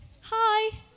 Hi